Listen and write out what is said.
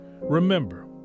Remember